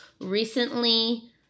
recently